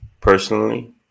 personally